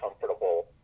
comfortable